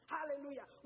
Hallelujah